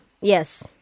yes